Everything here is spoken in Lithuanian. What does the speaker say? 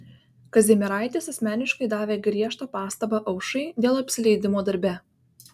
kazimieraitis asmeniškai davė griežtą pastabą aušrai dėl apsileidimo darbe